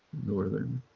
northern,